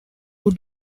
who